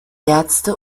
ärzte